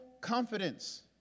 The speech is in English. confidence